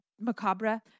macabre